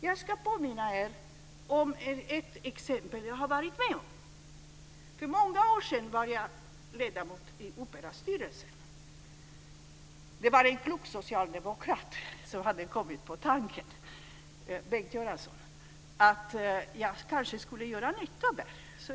Jag ska påminna er om en sak jag har varit med om. För många år sedan var jag ledamot i Operastyrelsen. Det var en klok socialdemokrat - Bengt Göransson - som hade kommit på tanken att jag kanske skulle kunna göra nytta där.